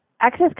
Access